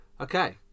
Okay